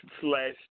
slash